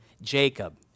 Jacob